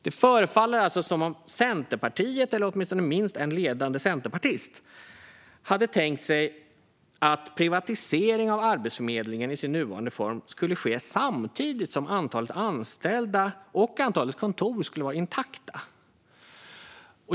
Det förefaller alltså som om Centerpartiet, eller i alla fall minst en ledande centerpartist, hade tänkt sig att privatisering av Arbetsförmedlingen i dess nuvarande form skulle ske samtidigt som antalet anställda och antalet kontor skulle vara intakt.